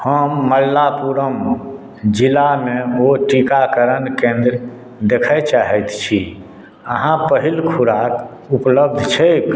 हम मलाप्पुरम जिलामे ओ टीकाकरण केन्द्र देखय चाहैत छी जहाँ पहिल खुराक उपलब्ध छैक